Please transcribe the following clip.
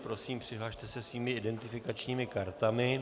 Prosím, přihlaste se svými identifikačními kartami.